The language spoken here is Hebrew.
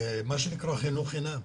את מה שנקרא "חינוך חינם".